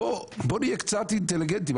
בוא נהיה קצת אינטליגנטיים.